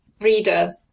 reader